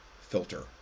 filter